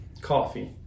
coffee